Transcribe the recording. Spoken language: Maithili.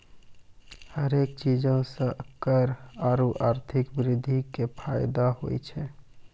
हरेक चीजो से कर आरु आर्थिक वृद्धि के फायदो होय छै